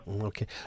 okay